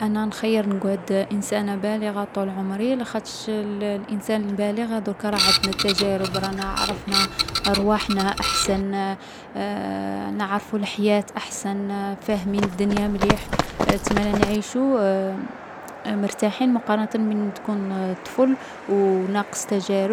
أنا نخيّر نقعد انسانة بالغة طول عمري لاخاطش الـ الإنسان البالغ ضكا راه عندنا التجارب رانا عرفنا رواحنا أحسن نعرفوا الحياة أحسن، فاهمين الدنيا مليح. تسمالا نعيشو مرتاحين مقارنة من تكون طفل و ناقص تجارب.